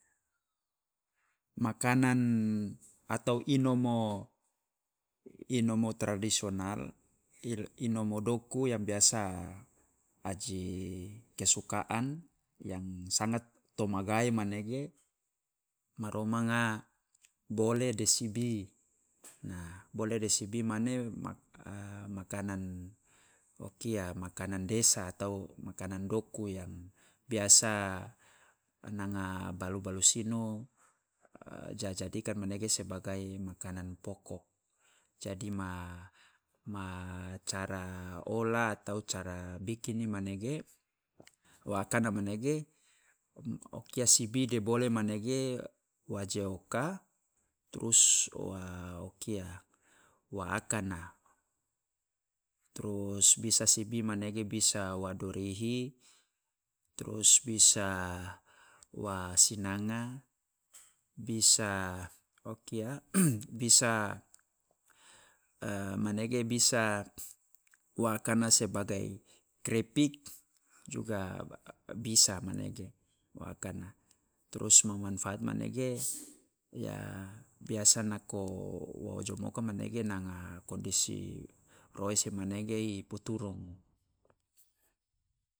Makanan atau inomo, inomo tradisional, il- inomo doku yang biasa aji kesukaan yang sangat toma gae manege ma romanga bole de sibi. Bole de sibi mane ma- a- makanan o kia makanan desa atau makanan doku yang biasa nanga balu balus ino ja jadikan manege sebagai makanan pokok, jadi ma cara olah atau ma cara bikini manege wa akana manege kia sibi de bole manege waje oka trus wa o kia wa akana, trus bisa sibi manege bisa wa durihi trus bisa wa sinanga, bisa o kia bisa e manege bisa wa akana sebagai krepik juga bisa manege wa akana trus ma manfaat manege ya biasa nako wo ojomoka manege nanga kondisi roese manege i puturumu